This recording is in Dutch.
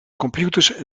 computers